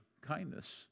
kindness